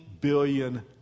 billion